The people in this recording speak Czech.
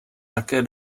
také